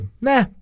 nah